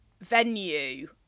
venue